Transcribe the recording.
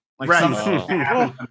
Right